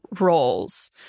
roles